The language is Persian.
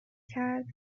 کرد